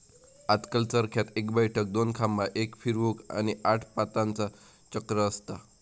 आजकल चरख्यात एक बैठक, दोन खांबा, एक फिरवूक, आणि आठ पातांचा चक्र असता